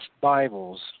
Bibles